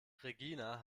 regina